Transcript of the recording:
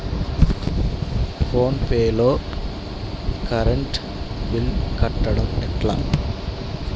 Phone pay లో current bill కట్టడం ఎట్లా?